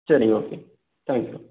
சரி okay thank you